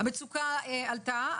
המצוקה עלתה,